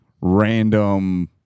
random